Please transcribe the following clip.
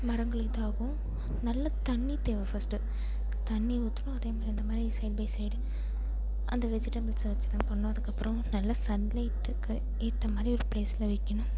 மரங்கள் இதாகும் நல்ல தண்ணி தேவை ஃபஸ்ட்டு தண்ணி ஊத்தணும் அதேமாதிரி அந்தமாதிரி சைட் பை சைடு அந்த வெஜிடபுள்ஸை வச்சி தான் பண்ணும் அதுக்கப்புறம் நல்ல சன் லைட்டுக்கு ஏற்ற மாதிரி ஒரு ப்ளேஸில் வைக்கணும்